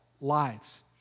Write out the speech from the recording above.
lives